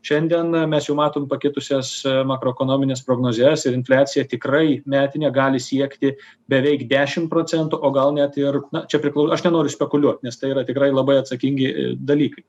šiandien mes jau matom pakitusias makroekonomines prognozes ir infliacija tikrai metinė gali siekti beveik dešim procentų o gal net ir na čia priklau aš nenoriu spekuliuot nes tai yra tikrai labai atsakingi dalykai